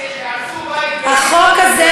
רק אתמול הרסו בית, החוק הזה,